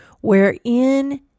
wherein